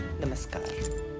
Namaskar